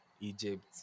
egypt